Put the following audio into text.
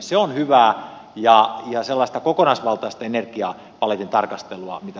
se on hyvää ja sellaista kokonaisvaltaista energiapaletin tarkastelua mitä